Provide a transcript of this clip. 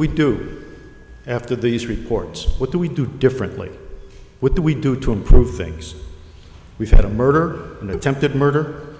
we do after these reports what do we do differently with we do to improve things we've had a murder and attempted murder